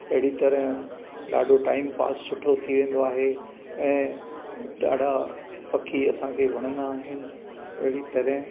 अहिड़ी तरह ॾाढो टाइमपास सुठो थी वेंदो आहे ऐं ॾाढा पखी असांखे वणंदा आहिनि अहिड़ी तरह